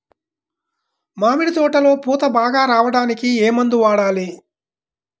మామిడి తోటలో పూత బాగా రావడానికి ఏ మందు వాడాలి?